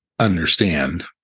understand